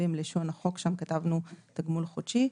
עם לשון החוק שם כתבנו תגמול חודשי.